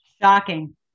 Shocking